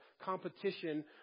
competition